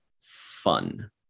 fun